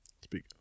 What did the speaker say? Speak